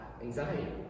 anxiety